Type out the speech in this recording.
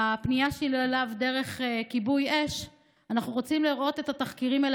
הפנייה שלי אליו דרך כיבוי אש: אנחנו רוצים לראות את התחקירים האלה,